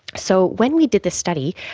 so when we did this study,